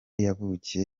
yavukiye